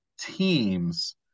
teams